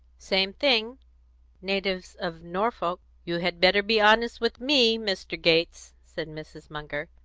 same thing natives of norfolk. you had better be honest with me, mr. gates, said mrs. munger.